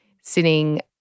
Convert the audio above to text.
Sitting